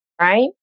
right